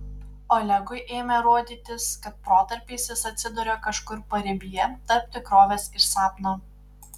olegui ėmė rodytis kad protarpiais jis atsiduria kažkur paribyje tarp tikrovės ir sapno